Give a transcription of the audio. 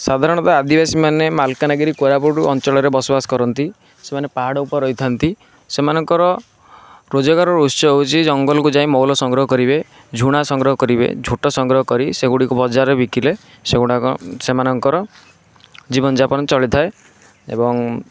ସାଧାରଣତଃ ବା ଆଦିବାସୀମାନେ ମାଲକାନାଗିରି କୋରାପୁଟ ଅଞ୍ଚଳରେ ବସବାସ କରନ୍ତି ସେମାନେ ପାହାଡ଼ ଉପରେ ରହିଥାନ୍ତି ସେମାନଙ୍କର ରୋଜଗାରର ଉତ୍ସ ହେଉଛି ଜଙ୍ଗଲକୁ ଯାଇ ମହୁଲ ସଂଗ୍ରହ କରିବେ ଝୁଣା ସଂଗ୍ରହ କରିବେ ଝୋଟ ସଂଗ୍ରହ କରି ସେଗୁଡ଼ିକୁ ବଜାରରେ ବିକିଲେ ସେଗୁଡ଼ାକ ସେମାନଙ୍କର ଜୀବନଯାପନ ଚଳିଥାଏ ଏବଂ